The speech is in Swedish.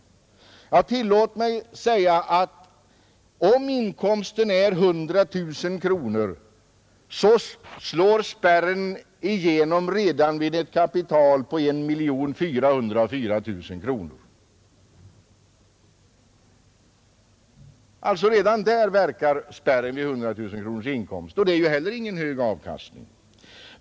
Om inkomsten är 100 000 kronor slår spärren igenom redan vid ett kapital på 1 404 000 kronor. Spärren verkar alltså redan där vid 100000 kronors inkomst, och det är ju inte heller någon hög avkastning.